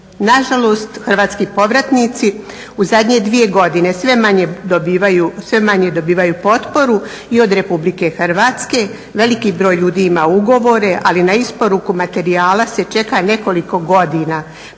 Nažalost, hrvatski povratnici u zadnje dvije godine sve manje dobivaju potporu i od Republike Hrvatske, veliki broj ljudi ima ugovore, ali na isporuku materijala se čeka nekoliko godina